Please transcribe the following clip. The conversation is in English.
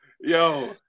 Yo